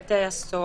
שירות בתי הסוהר".